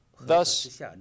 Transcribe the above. Thus